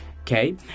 okay